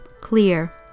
clear